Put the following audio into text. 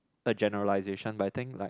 a generalisation but I think like